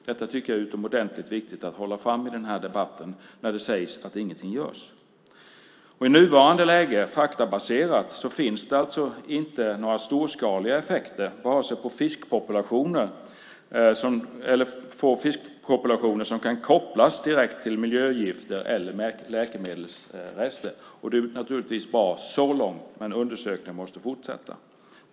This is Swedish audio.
Detta tycker jag är utomordentligt viktigt att hålla fram i den här debatten när det sägs att ingenting görs. I nuvarande läge, faktabaserat, finns det alltså inte några storskaliga effekter på fiskpopulationen som kan kopplas direkt till miljögifter eller läkemedelsrester. Det är naturligtvis bra så långt, men undersökningen måste fortsätta.